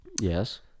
Yes